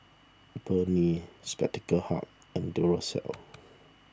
Burnie Spectacle Hut and Duracell